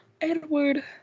Edward